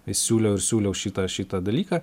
siūliau ir siūliau šitą šitą dalyką